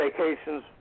vacations